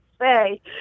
say